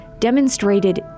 demonstrated